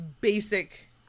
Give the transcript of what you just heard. basic